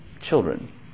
children